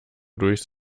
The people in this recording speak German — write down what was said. durchs